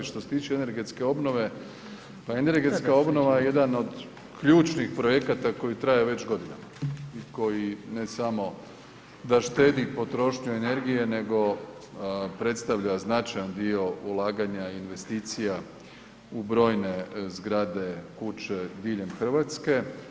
Što se tiče energetske obnove, pa energetska obnova je jedan od ključnih projekta koji traje već godinama, koji ne samo da štedi potrošnju energije nego predstavlja značajan dio ulaganja investicija u brojne zgrade, kuće diljem Hrvatske.